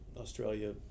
Australia